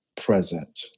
present